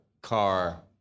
car